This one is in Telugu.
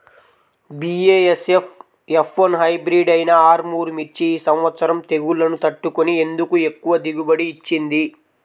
బీ.ఏ.ఎస్.ఎఫ్ ఎఫ్ వన్ హైబ్రిడ్ అయినా ఆర్ముర్ మిర్చి ఈ సంవత్సరం తెగుళ్లును తట్టుకొని ఎందుకు ఎక్కువ దిగుబడి ఇచ్చింది?